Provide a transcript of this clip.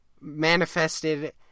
manifested